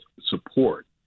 support